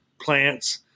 plants